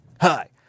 hi